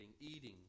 eating